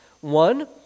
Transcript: One